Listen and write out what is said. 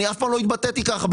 אני אף פעם לא התבטאתי ככה.